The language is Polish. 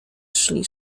szli